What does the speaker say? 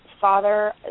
father